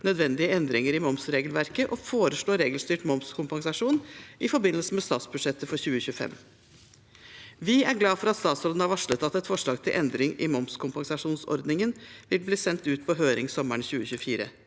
nødvendige endringer i momsregelverket og foreslå regelstyrt momskompensasjon i forbindelse med statsbudsjettet for 2025. Vi er glade for at statsråden har varslet at et forslag til endring i momskompensasjonsordningen vil bli sendt ut på høring sommeren 2024,